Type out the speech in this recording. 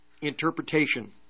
interpretation